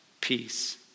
peace